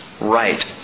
right